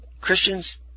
Christians